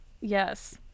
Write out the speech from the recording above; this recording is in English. Yes